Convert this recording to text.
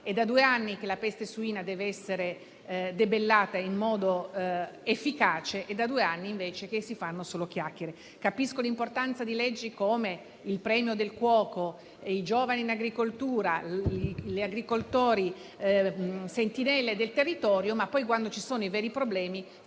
Sono due anni che la peste suina dovrebbe essere debellata in modo efficace e si fanno solo chiacchiere. Capisco l'importanza di leggi come il premio del cuoco e i giovani in agricoltura, gli agricoltori sentinelle del territorio, ma poi, quando si presentano problemi